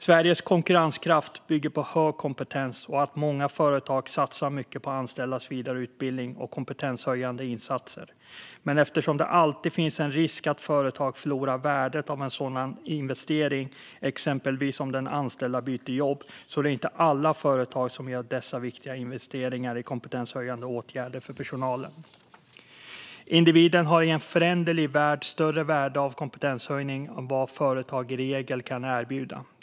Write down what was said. Sveriges konkurrenskraft bygger på hög kompetens och att många företag satsar mycket på anställdas vidareutbildning och kompetenshöjande insatser. Men eftersom det alltid finns en risk att företag förlorar värdet av en sådan investering, exempelvis om den anställde byter jobb, är det inte alla företag som gör dessa viktiga investeringar i kompetenshöjande åtgärder för personalen. Individen har i en föränderlig värld större värde av kompetenshöjning än företag i regel kan erbjuda.